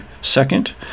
second